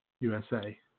USA